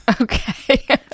Okay